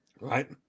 Right